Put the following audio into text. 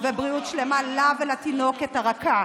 ובריאות שלמה לה ולתינוקת הרכה.